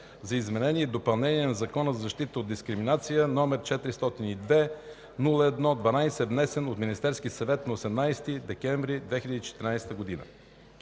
за изменение и допълнение на Закона за защита от дискриминация, № 402-01-12, внесен от Министерски съвет на 18 декември 2014 г.